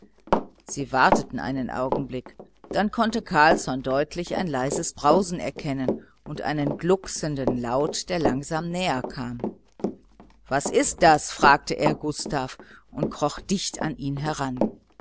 sie warteten einen augenblick dann konnte carlsson deutlich ein leises brausen erkennen und einen glucksenden laut der langsam näher kam was ist das fragte er gustav und kroch dicht an ihn heran